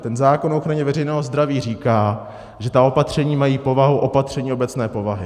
Ten zákon o ochraně veřejného zdraví říká, že ta opatření mají povahu opatření obecné povahy.